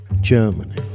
Germany